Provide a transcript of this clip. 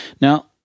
Now